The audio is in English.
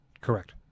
Correct